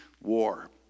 war